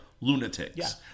lunatics